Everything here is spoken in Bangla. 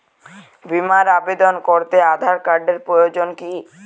বিমার আবেদন করতে আধার কার্ডের প্রয়োজন কি?